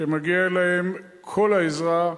שמגיעים להם כל העזרה,